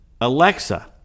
Alexa